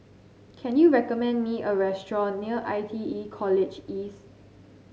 can you recommend me a restaurant near I T E College East